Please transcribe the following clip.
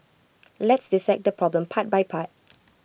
let's dissect the problem part by part